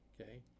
okay